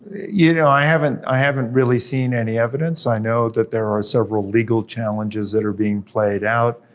you know, i haven't i haven't really seen any evidence. i know that there are several legal challenges that are being played out.